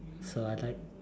so I like